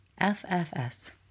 FFS